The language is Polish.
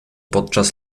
podczas